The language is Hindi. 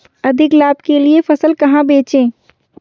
अधिक लाभ के लिए फसल कहाँ बेचें?